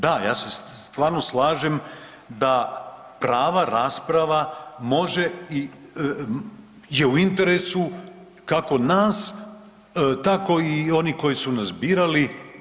Da ja se stvarno slažem da prava rasprava može i je u interesu kako nas, tako i onih koji su nas birali.